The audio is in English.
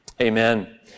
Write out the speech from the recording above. Amen